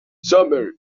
summer